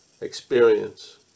experience